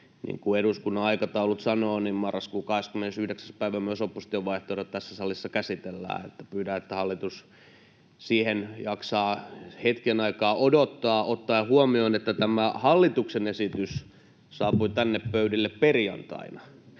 kuin eduskunnan aikataulut sanovat, marraskuun 29. päivä myös opposition vaihtoehdot tässä salissa käsitellään. Pyydän, että hallitus hetken aikaa jaksaa odottaa — ottaen huomioon, että tämä hallituksen esitys saapui tänne pöydille perjantaina.